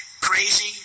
crazy